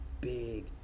big